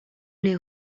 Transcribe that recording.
les